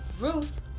Ruth